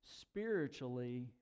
spiritually